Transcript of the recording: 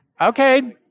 Okay